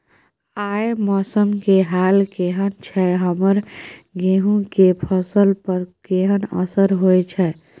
आय मौसम के हाल केहन छै हमर गेहूं के फसल पर केहन असर होय छै?